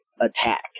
attack